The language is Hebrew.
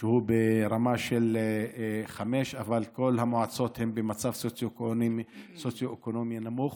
ברמה 5, אבל כל המועצות במצב סוציו-אקונומי נמוך.